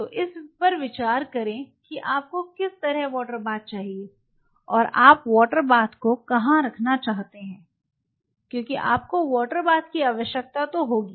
तो इस पर विचार करें कि आपको किस तरह वाटर बाथ चाहिए और आप वाटर बाथ को कहां रखना चाहते हैं क्योंकि आपको वाटर बाथ की आवश्यकता होगी